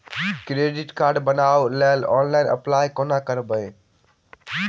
Credit card बनाबै लेल online apply कोना करबै?